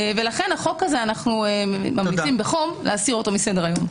לכן החוק הזו אנו ממליצים בחום להסירו מסדר-היום.